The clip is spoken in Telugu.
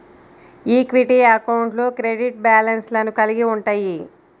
ఈక్విటీ అకౌంట్లు క్రెడిట్ బ్యాలెన్స్లను కలిగి ఉంటయ్యి